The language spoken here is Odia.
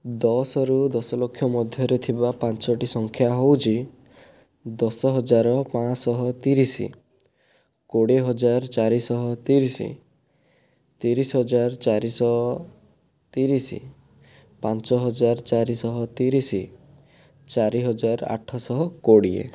ଦଶରୁ ଦଶ ଲକ୍ଷ ମଧ୍ୟରେ ଥିବା ପାଞ୍ଚୋଟି ସଂଖ୍ୟା ହେଉଛି ଦଶ ହଜାର ପାଞ୍ଚଶହ ତିରିଶ କୋଡ଼ିଏ ହଜାର ଚାରିଶହ ତିରିଶ ତିରିଶ ହଜାର ଚାରିଶହ ତିରିଶ ପାଞ୍ଚ ହଜାର ଚାରିଶହ ତିରିଶ ଚାରି ହଜାର ଆଠଶହ କୋଡ଼ିଏ